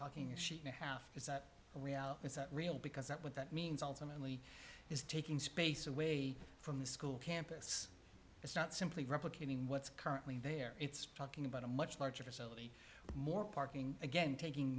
talking she a half it's a real it's not real because that what that means ultimately is taking space away from the school campus it's not simply replicating what's currently there it's talking about a much larger facility more parking again taking